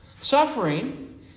Suffering